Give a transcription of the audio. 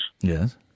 Yes